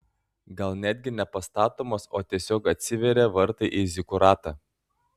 gal netgi ne pastatomas o tiesiog atsiveria vartai į zikuratą